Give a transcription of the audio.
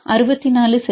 64 சரி